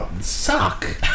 suck